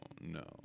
no